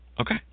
Okay